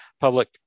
public